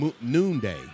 noonday